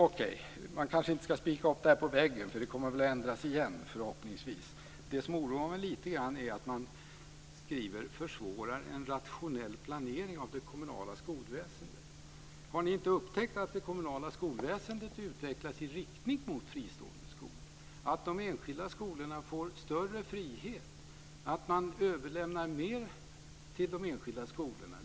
Okej, man ska kanske inte spika upp det här på väggen, för det ändras väl, förhoppningsvis, igen. Men det som oroar mig lite grann är att man skriver "försvårar en rationell planering av det kommunala skolväsendet". Har ni inte upptäckt att det kommunala skolväsendet utvecklas i riktning mot fristående skolor, att de enskilda skolorna får större frihet och att man överlämnar mer till de enskilda skolorna?